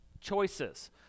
choices